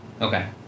Okay